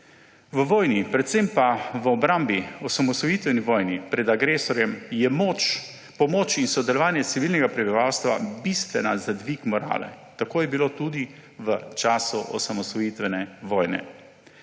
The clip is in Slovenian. V vojni, predvsem pa v obrambi, osamosvojitveni vojni pred agresorjem je moč, pomoč in sodelovanje civilnega prebivalstva bistvena za dvig morale. Tako je bilo tudi v času osamosvojitvene vojne.